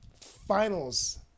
finals